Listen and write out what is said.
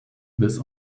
this